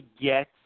get